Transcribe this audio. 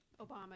Obama